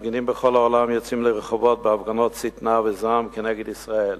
ומפגינים בכל העולם יוצאים לרחובות בהפגנות שטנה וזעם נגד ישראל.